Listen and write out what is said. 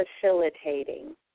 facilitating